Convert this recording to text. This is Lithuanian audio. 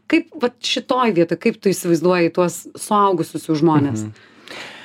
kaip vat šitoj vietoj kaip tu įsivaizduoji tuos suaugusius jau žmones